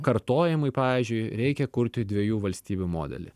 kartojimai pavyzdžiui reikia kurti dviejų valstybių modelį